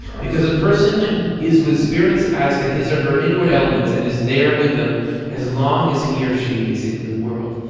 because a person is with spirits as to his or her inward elements and is there with them as long as he or she is in the world.